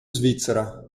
svizzera